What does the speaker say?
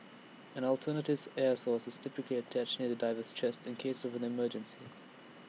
an alternative air source is typically attached near the diver's chest in case of an emergency